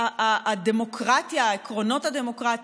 שהדמוקרטיה, העקרונות הדמוקרטיים,